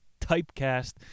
Typecast